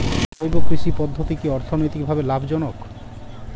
জৈব কৃষি পদ্ধতি কি অর্থনৈতিকভাবে লাভজনক?